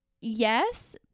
Yes